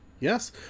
yes